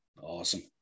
Awesome